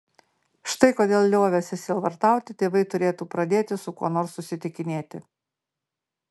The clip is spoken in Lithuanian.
štai kodėl liovęsi sielvartauti tėvai turėtų pradėti su kuo nors susitikinėti